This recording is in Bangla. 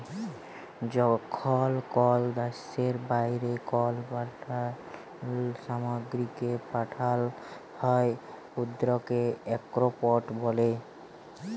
যখল কল দ্যাশের বাইরে কল পল্ল্য সামগ্রীকে পাঠাল হ্যয় উয়াকে এক্সপর্ট ব্যলে